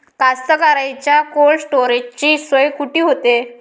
कास्तकाराइच्या कोल्ड स्टोरेजची सोय कुटी होते?